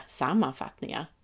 sammanfattningar